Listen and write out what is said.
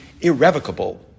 irrevocable